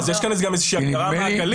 אז יש כאן גם איזושהי הגדרה מעגלית.